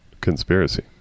conspiracy